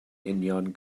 union